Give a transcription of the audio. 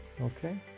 Okay